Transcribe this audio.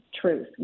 truth